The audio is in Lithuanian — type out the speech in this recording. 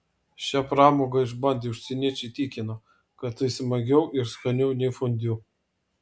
šią pramogą išbandę užsieniečiai tikina kad tai smagiau ir skaniau nei fondiu